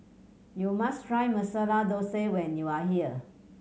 you must try Masala Dosa when you are here